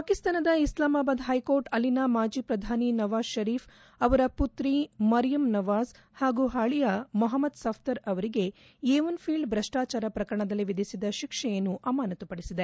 ಪಾಕಿಸ್ತಾನದ ಇಸ್ಲಾಮಬಾದ್ ಹೈಕೋರ್ಟ್ ಅಲ್ಲಿನ ಮಾಜಿ ಪ್ರಧಾನಿ ನವಾಜ್ ಷರೀಫ್ ಅವರ ಪುತ್ರಿ ಮರಿಯಮ್ ನವಾಜ್ ಹಾಗೂ ಅಳಿಯ ಮೊಹಮ್ಮದ್ ಸಫ್ಟರ್ ಅವರಿಗೆ ಏವನ್ ಫೀಲ್ಡ್ ಭ್ರಷ್ಟಾಚಾರ ಪ್ರಕರಣದಲ್ಲಿ ವಿಧಿಸಿದ್ದ ಶಿಕ್ಷೆಯನ್ನು ಅಮಾನತುಪಡಿಸಿದೆ